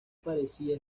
parecía